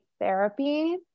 therapy